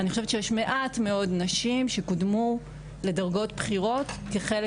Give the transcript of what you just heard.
אני חושבת שיש מעט מאוד נשים שקודמו לדרגות בכירות כחלק